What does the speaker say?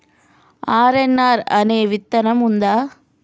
RNR అనే విత్తనం ఉందా?